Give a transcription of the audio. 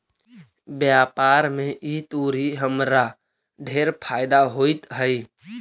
व्यापार में ई तुरी हमरा ढेर फयदा होइत हई